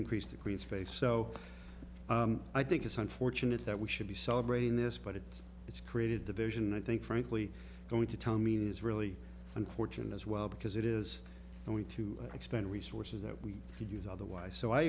increase the green space so i think it's unfortunate that we should be celebrating this but it's it's created the vision i think frankly going to tell meaning is really unfortunate as well because it is going to expend resources that we could use otherwise so i